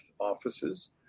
offices